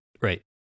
right